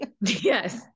Yes